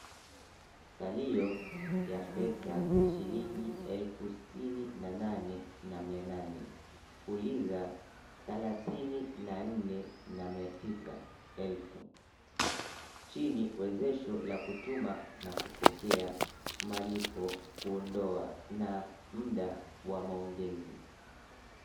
Salio ya pesa, shilingi elfu sitini na nane, na mia nane. Fuliza thelathini na nne na mia tisa elfu. Chini wezesho la kutuma na kupokea malipo kuondoa na muda wa maongezi.